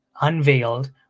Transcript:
unveiled